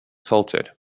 salted